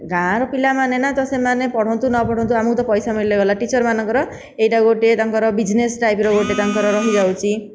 ଗାଁର ପିଲାମାନେ ନା ତ ସେମାନେ ପଢ଼ନ୍ତୁ ନ ପଢ଼ନ୍ତୁ ଆମକୁ ତ ପଇସା ମିଳିଲେ ଗଲା ଟୀଚର ମାନଙ୍କର ଏଇଟା ଗୋଟିଏ ତାଙ୍କର ବିଜନେସ୍ ଟାଇପର ଗୋଟିଏ ତାଙ୍କର ରହିଯାଉଛି